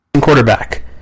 quarterback